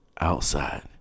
outside